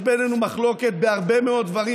יש בינינו מחלוקת בהרבה מאוד דברים,